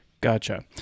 Gotcha